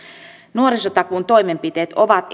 nuorisotakuun toimenpiteet ovat